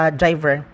driver